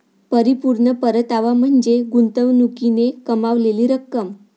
परिपूर्ण परतावा म्हणजे गुंतवणुकीने कमावलेली रक्कम